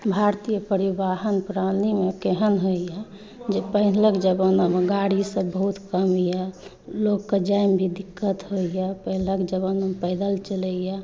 भारतीय परिवहन प्रणालीमे केहेन होइए जे पहिलुक जमानामे गाड़ी सब बहुत कम यऽ लोकके जायमे भी दिक्कत होइए पहिल कऽ जमाना मऽ पैदल चलैय